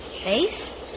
face